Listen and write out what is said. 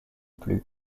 plus